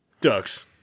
Ducks